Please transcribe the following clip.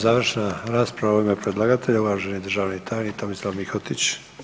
Završna rasprava u ime predlagatelja, uvaženi državni tajnik Tomislav Mihotić.